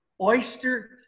Oyster